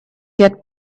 get